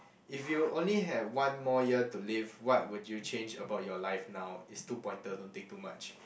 if you only have one more year to live what would you change about your life now it's two pointer don't think too much